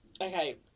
Okay